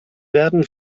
werden